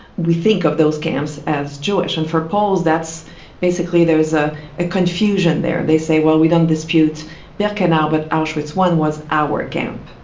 we think of those camps as jewish. and for poles there's basically there's ah a confusion there. they say, well, we don't dispute birkenau but auschwitz one was our camp.